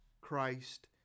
Christ